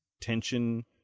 tension